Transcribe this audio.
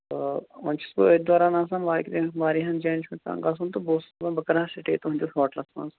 ٲں وۄنۍ چھُس بہٕ أتھۍ دوران آسان واریاہ واریاہَن جایَن چُھ آسان گَژھُن تہٕ بہٕ اوسُس ونان بہٕ کَرٕ ہا سِٹے تُہنٛدِس ہوٹلَس مَنٛز